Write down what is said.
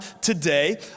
today